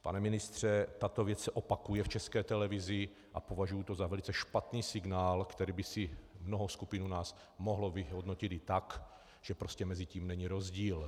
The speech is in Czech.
Pane ministře, tato věc se opakuje v České televizi a považuji to za velice špatný signál, který by si mnoho skupin u nás mohlo vyhodnotit i tak, že prostě mezi tím není rozdíl.